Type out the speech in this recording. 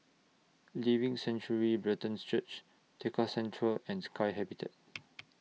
Living Sanctuary Brethren Church Tekka Centre and Sky Habitat